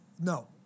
No